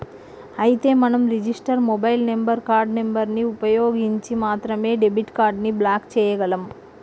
అయితే మనం register mobile number card number ని ఉపయోగించి మాత్రమే డెబిట్ కార్డు ని బ్లాక్ చేయగలం